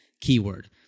keyword